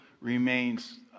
remains